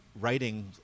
writing